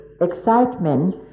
excitement